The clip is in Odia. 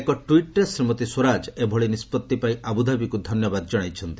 ଏକ ଟ୍ୱିଟ୍ରେ ଶ୍ରୀମତୀ ସ୍ୱରାଜ ଏଭଳି ନିଷ୍କଭି ପଇଁ ଆବୁଧାବିକୁ ଧନ୍ୟବାଦ ଜଣାଇଛନ୍ତି